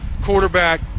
Quarterback